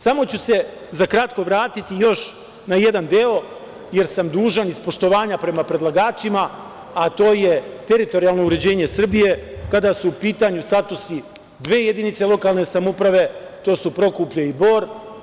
Samo ću se za kratko vratiti još na jedan deo, jer sam dužan iz poštovanja prema predlagačima, a to je teritorijalno uređenje Srbije kada su u pitanju statusi dve jedinice lokalne samouprave, a to su Prokuplje i Bor.